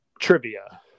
trivia